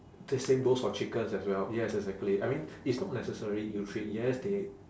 the same goes for chickens as well yes exactly I mean it's not necessary ill treat yes they